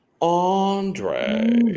Andre